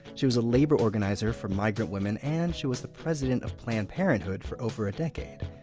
she was a labor organizer for migrant women, and she was the president of planned parenthood for over a decade.